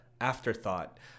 afterthought